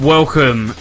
Welcome